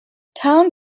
town